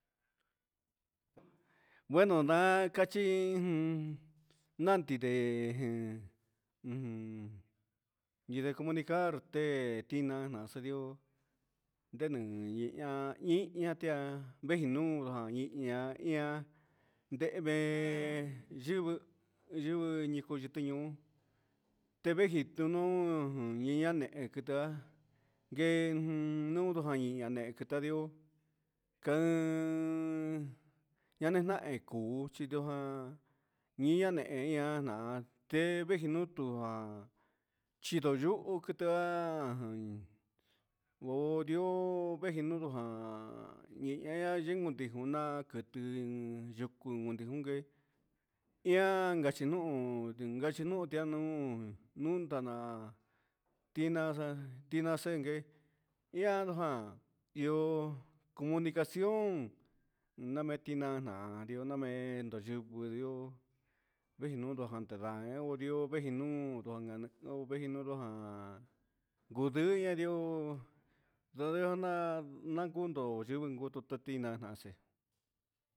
Gueno ndaa cachi nandi ndee yidee un comunicar te ina tinana si ndioo ndeni ihna tia veji nuun ian ian ndehe vee yivɨ yitɨ yitɨ nuun teveji tunuun ian nde quitian guee un jami queta ndioo caa yani jia ndio cuni i na ndehe ian na tee vee je ni jutu chido yuhu o soju ndo tijunaa yucu junque ian gachi nuhun tianuun nuun ta nandaa tinasajedee io comunicacin ti na maquina na naha ndioo maan nee sivɨ ndiu ndihi nuun javaha enterar cusii ini ndioo a ndio na nacuu ndo yivɨ yucu nda tinana chi.